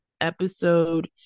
episode